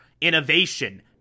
Innovation